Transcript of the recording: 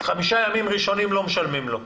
חמישה ימים ראשונים לא משלמים לו.